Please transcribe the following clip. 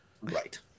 Right